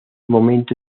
momento